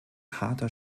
harter